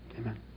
Amen